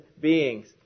beings